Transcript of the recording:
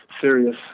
serious